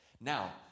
Now